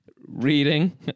reading